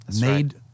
made